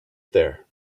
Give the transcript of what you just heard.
there